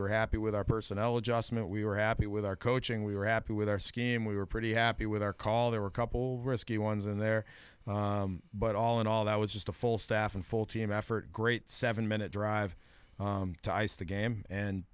were happy with our personnel adjustment we were happy with our coaching we were happy with our scheme we were pretty happy with our call there were a couple risky ones in there but all in all that was just a full staff and full team effort great seven minute drive to ice the game and